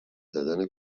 زدم